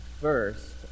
first